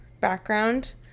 background